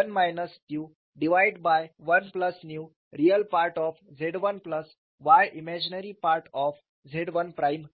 1 minus nu divide by 1 plus nu real part of Z 1 plus y imaginary part of Z 1 prime